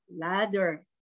ladder